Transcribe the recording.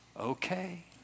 Okay